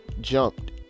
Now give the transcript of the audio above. jumped